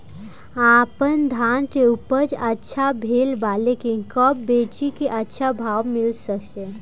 आपनधान के उपज अच्छा भेल बा लेकिन कब बेची कि अच्छा भाव मिल सके?